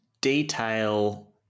detail